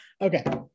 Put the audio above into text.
Okay